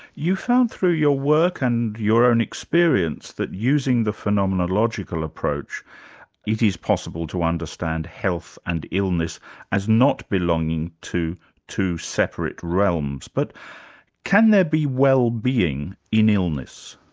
you found through your work and your own experience that using the phenomenological approach it is possible to understand health an and illness as not belonging to two separate realms. but can there be wellbeing in illness?